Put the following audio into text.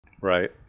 Right